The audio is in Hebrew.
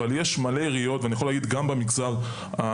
אבל יש גם הרבה עיריות גם במגזר החרדי